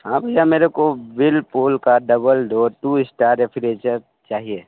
हाँ भैया मेरे को व्हर्लपूल का double door two star refrigerator चाहिए